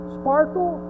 sparkle